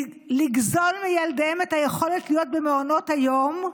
לגזול מילדיהן את היכולת להיות במעונות היום,